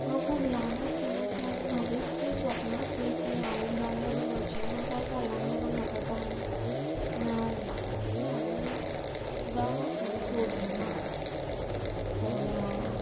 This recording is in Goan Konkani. हांव खूब ल्हान आसतनाच्यान म्हाजें एक तें स्वप्न आसलें की हांव एक गायक जावचें पूण कांय कारणांक लागून म्हाका जावंक मेळोंक ना पूण हांवें गावप हें सोडूंक ना पूण